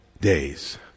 days